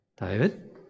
David